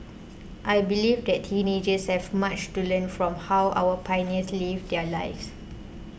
I believe that teenagers have much to learn from how our pioneers lived their lives